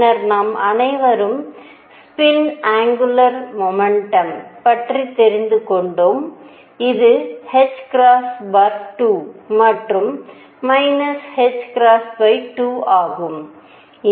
பின்னர் நாம் அனைவரும் ஸ்பின் ஆங்குலர் முமெண்டம் பற்றி தெரிந்து கொண்டோம் இது 2 மற்றும் 2 ஆகும்